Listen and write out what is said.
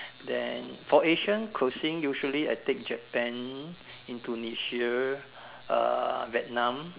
then for Asian cuisine usually I take Japan Indonesia uh Vietnam